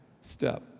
step